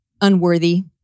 unworthy